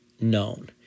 known